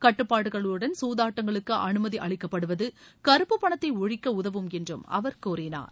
கட்டுப்பாடுகளுடன் சூதாட்டங்களுக்கு அனுமதி அளிக்கப்படுவது கருப்பு பணத்தை ஒழிக்க உதவும் என்று அவர் கூறினார்